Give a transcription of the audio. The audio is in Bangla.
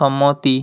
সম্মতি